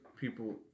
people